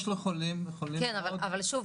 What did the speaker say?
כן אבל שוב,